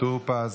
טור פז,